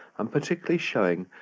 and particularly shewing,